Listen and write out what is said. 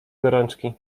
gorączki